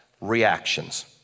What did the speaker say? reactions